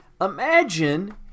imagine